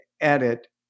edit